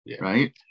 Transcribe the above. Right